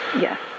Yes